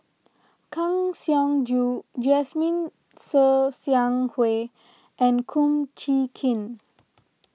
Kang Siong Joo Jasmine Ser Xiang Wei and Kum Chee Kin